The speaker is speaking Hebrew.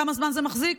כמה זמן זה מחזיק?